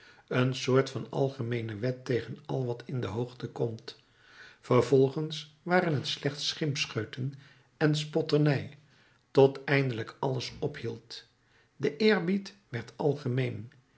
verheven een soort van algemeene wet tegen al wat in de hoogte komt vervolgens waren t slechts schimpscheuten en spotternij tot eindelijk alles ophield de eerbied werd algemeen